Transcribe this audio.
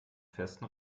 festen